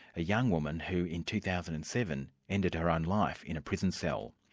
a young woman who, in two thousand and seven, ended her own life in a prison cell.